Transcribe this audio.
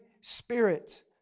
spirit